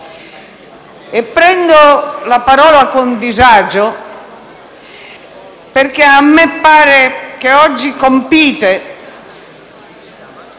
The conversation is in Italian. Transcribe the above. Prendo la parola con disagio, perché a me pare che oggi compiate,